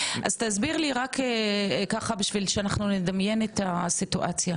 אז תסביר לי ככה בשביל שאנחנו נדמיין את הסיטואציה,